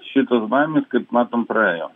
šitos baimės kaip matom praėjo